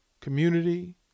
community